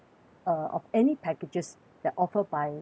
uh of any packages that offered by